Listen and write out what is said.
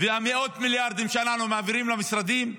ומאות המיליארדים שאנחנו מעבירים למשרדים,